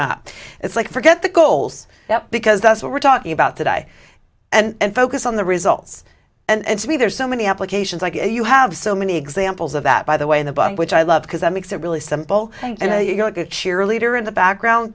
map it's like forget the goals because that's what we're talking about today and focus on the results and to me there's so many applications like you have so many examples of that by the way the bug which i love because that makes it really simple and you don't get cheerleader in the background